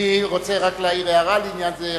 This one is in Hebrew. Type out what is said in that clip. אני רוצה רק להעיר הערה לעניין זה.